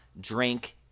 drink